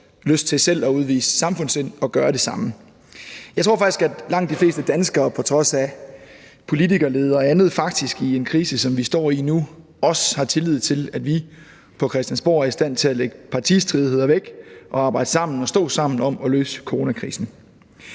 lyst til selv at udvise samfundssind og gøre det samme. Jeg tror faktisk, at langt de fleste danskere på trods af politikerlede og andet faktisk i en krise, som vi står i nu, også har tillid til, at vi på Christiansborg er i stand til at lægge partistridigheder væk og arbejde sammen og stå sammen om at løse coronakrisen.